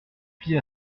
plis